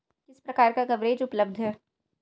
किस प्रकार का कवरेज उपलब्ध है?